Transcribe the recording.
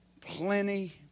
plenty